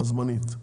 זמנית,